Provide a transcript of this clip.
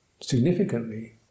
significantly